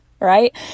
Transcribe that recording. Right